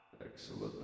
Excellent